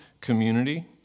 community